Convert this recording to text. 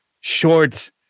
short